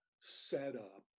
setup